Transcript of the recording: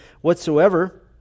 whatsoever